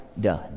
done